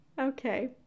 Okay